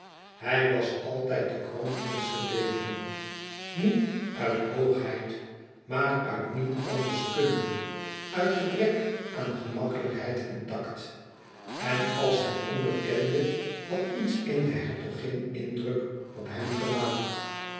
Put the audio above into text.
hij was altijd de kroonprins gebleven niet uit hoogheid maar uit niet anders kunnen uit gebrek aan gemakkelijkheid en tact en als het onbekende had iets in de hertogin indruk op hem gemaakt